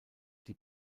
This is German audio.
die